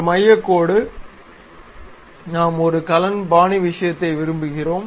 ஒரு மையக் கோடு நாம் ஒரு கலன் பாணி விஷயத்தை விரும்புகிறோம்